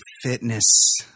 fitness